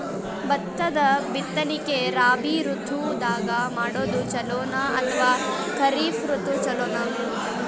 ಭತ್ತದ ಬಿತ್ತನಕಿ ರಾಬಿ ಋತು ದಾಗ ಮಾಡೋದು ಚಲೋನ ಅಥವಾ ಖರೀಫ್ ಋತು ಚಲೋನ?